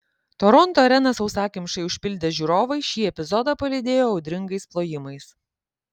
toronto areną sausakimšai užpildę žiūrovai šį epizodą palydėjo audringais plojimais